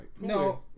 No